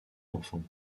enfants